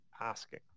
asking